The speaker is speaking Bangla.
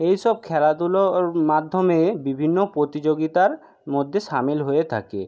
এই সব খেলাধুলোর মাধ্যমে বিভিন্ন প্রতিযোগিতার মধ্যে সামিল হয়ে থাকে